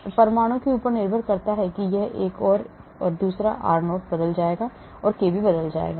तो परमाणु के प्रकार पर निर्भर करता है यह एक और यह एक r0 बदल जाएगा kb बदल जाएगा